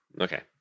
Okay